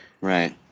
Right